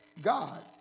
God